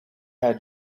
her